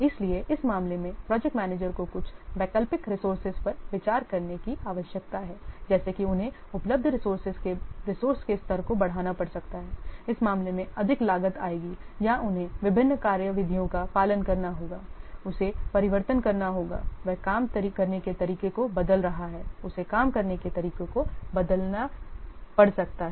इसलिए इस मामले में प्रोजेक्ट मैनेजर को कुछ वैकल्पिक रिसोर्सेज पर विचार करने की आवश्यकता है जैसे कि उन्हें उपलब्ध रिसोर्सेज के रिसोर्से के स्तर को बढ़ाना पड़ सकता है इस मामले में अधिक लागत आएगी या उन्हें विभिन्न कार्य विधियों का पालन करना होगाउसे परिवर्तन करना होगा वह काम करने के तरीकों को बदल रहा है उसे काम करने के तरीकों को बदलना पड़ सकता है